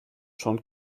schon